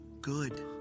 good